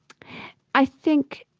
i think